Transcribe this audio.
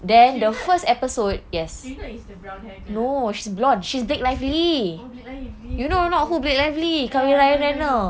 serena serena is the brown hair girl ah oh blake lively ya ya ya I know I know